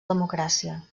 democràcia